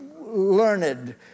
learned